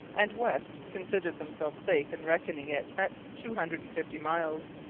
and west, considered themselves safe in reckoning it at two hundred and fifty miles.